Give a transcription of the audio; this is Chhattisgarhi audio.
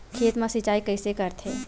खेत मा सिंचाई कइसे करथे?